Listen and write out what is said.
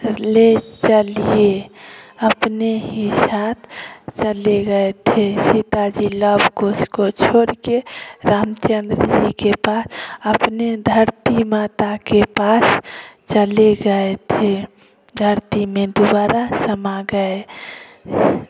ले चलिए अपने ही साथ चले गए थे सीता जी लव कुश को छोड़के रामचंद्र जी के पास अपने धरती माता के पास चले गए थे धरती में दोबारा समा गए